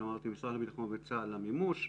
משרד הביטחון וצה"ל למימוש,